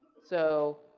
so,